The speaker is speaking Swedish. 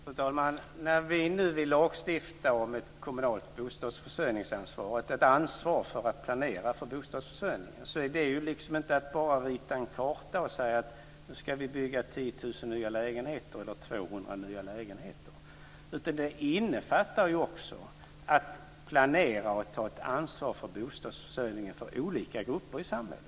Fru talman! När vi nu vill lagstifta om ett kommunalt bostadsförsörjningsansvar, ett ansvar för att planera för bostadsförsörjningen, är inte det att bara rita en karta och säga: Nu ska vi bygga 10 000 nya lägenheter eller 200 nya lägenheter. Det innefattar också att planera och ta ett ansvar för bostadsförsörjningen för olika grupper i samhället.